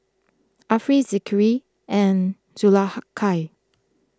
Ariff Zikri and Zulaikha